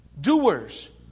Doers